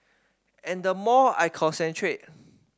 and the more I concentrate